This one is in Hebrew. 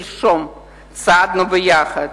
שלשום צעדנו יחד